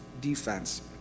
defense